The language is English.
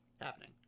happening